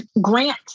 grant